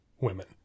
women